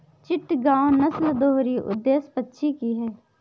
चिटगांव नस्ल दोहरी उद्देश्य पक्षी की है